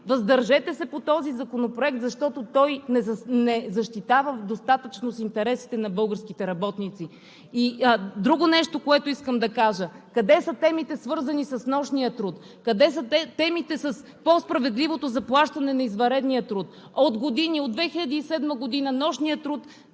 въздържите по този законопроект, защото той не защитава достатъчно интересите на българските работници. Друго нещо, което искам да кажа. Къде са темите, свързани с нощния труд? Къде са темите с по-справедливото заплащане на извънредния труд? От години – от 2007 г., нощният труд